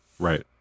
right